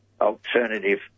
alternative